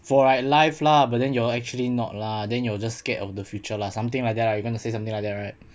for like life lah but then you're actually not lah then you will just scared of the future lah something like that are you gonna say something like that right